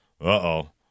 Uh-oh